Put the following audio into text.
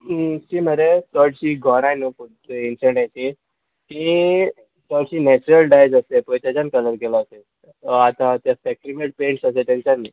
ती मरे चोडशीं घोराय न्हू पूण एंशंटाची ती चडशी नॅचरल डाय आसले पय तेज्यान कलर केलो आसतले आतां ते फॅक्ट्री मेड पेंट्स अशे तेंच्यान न्ही